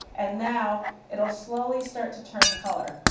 and now it'll slowly start to turn color.